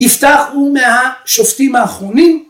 ‫יפתח הוא מהשופטים האחרונים.